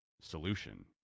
solution